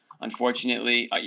unfortunately